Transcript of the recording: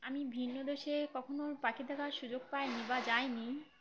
আমি ভিন্ন দেশে কখনও পাখি থাকার সুযোগ পাইনি বা যাইনি